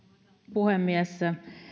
puhemies